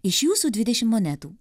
iš jūsų dvidešim monetų